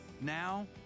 now